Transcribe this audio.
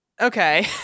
Okay